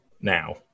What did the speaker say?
now